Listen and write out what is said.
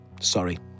sorry